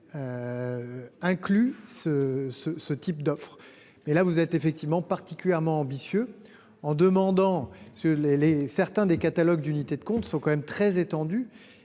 ce ce type d'offre. Mais là vous êtes effectivement particulièrement ambitieux en demandant ce les les certains des catalogues d'unités de compte sont quand même très étendu.